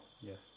Yes